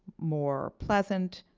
more pleasant,